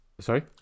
Sorry